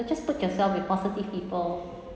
just put yourself with positive people